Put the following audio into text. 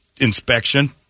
inspection